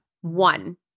One